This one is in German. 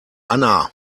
anna